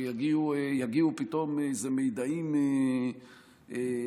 ויגיעו פתאום איזה מידעים חדשים,